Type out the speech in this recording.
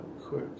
quick